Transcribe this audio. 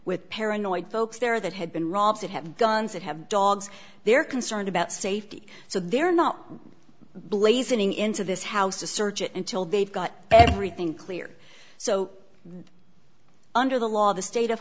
with paranoid folks there that had been robbed that have guns that have dogs they're concerned about safety so they're not blazing into this house to search it until they've got everything clear so under the law the state of